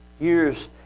years